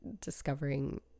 discovering